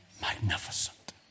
magnificent